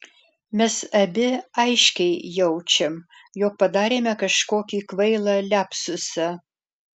mes abi aiškiai jaučiam jog padarėme kažkokį kvailą liapsusą